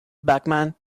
bachmann